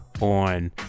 on